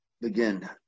begin